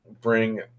bring